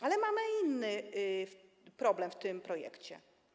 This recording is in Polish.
Ale mamy i inny problem przy tym projekcie.